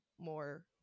more